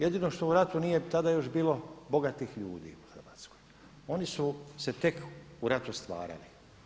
Jedino što u ratu nije tada još bilo bogatih ljudi u Hrvatskoj, oni su se tek u ratu stvarali.